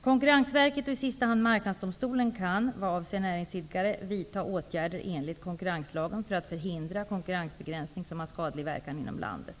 Konkurrensverket, och i sista hand Marknadsdomstolen, kan vad avser näringsidkare vidta åtgärder enligt konkurrenslagen för att förhindra konkurrensbegränsning som har skadlig verkan inom landet.